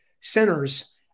centers